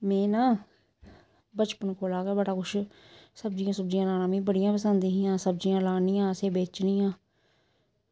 में ना बचपन कोला गै बड़ा कुछ सब्ज़ियां सुब्जियां लाना मिगी बड़ियां गै पसंद हियां ते सब्ज़ियां लानियां असें बेचनियां